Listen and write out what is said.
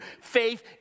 Faith